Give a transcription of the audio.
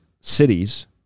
Cities